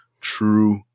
true